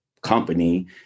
company